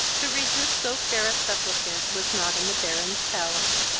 to resist so fair a supplicant was not in the baron's power.